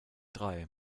drei